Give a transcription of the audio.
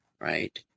right